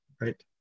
Right